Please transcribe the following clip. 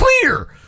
clear